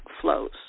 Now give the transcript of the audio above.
flows